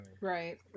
right